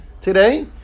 today